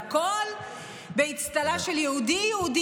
והכול באצטלה של "יהודי", "יהודי".